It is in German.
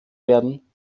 werden